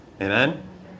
Amen